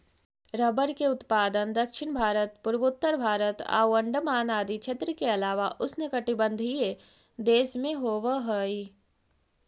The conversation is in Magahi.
रबर के उत्पादन दक्षिण भारत, पूर्वोत्तर भारत आउ अण्डमान आदि क्षेत्र के अलावा उष्णकटिबंधीय देश में होवऽ हइ